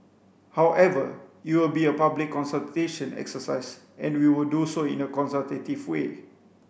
however it will be a public consultation exercise and we will do so in a consultative way